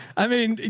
i mean,